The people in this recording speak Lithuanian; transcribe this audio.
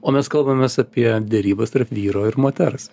o mes kalbamės apie derybas tarp vyro ir moters